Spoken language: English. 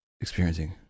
experiencing